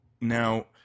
Now